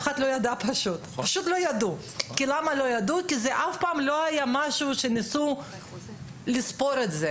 אחד פשוט לא ידע ולא ידעו כי אף פעם זה לא היה משהו שניסו לספור אותו.